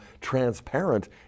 transparent